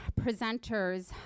presenters